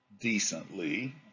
decently